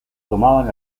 tomaban